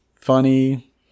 funny